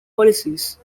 policies